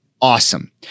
Awesome